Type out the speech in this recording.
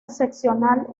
excepcional